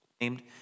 named